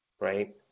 right